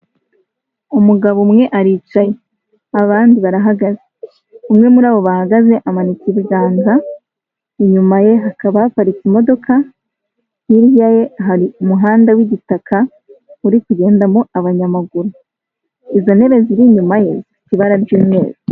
Umugabo umwe aricaye, abandi barahagaze, umwe muri abo bahagaze amanitse ibiganza, inyuma ye hakaba haparitse imodoka, hirya ye hari umuhanda w'igitaka, uri kugendamo abanyamaguru, izo ntebe ziri inyuma ye zifite ibara ry'umweru.